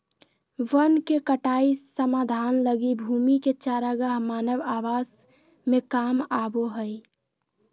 वन के कटाई समाधान लगी भूमि के चरागाह मानव आवास में काम आबो हइ